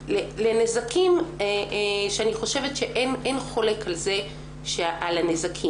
לנזקים שאני חושבת שאין חולק על הנזקים.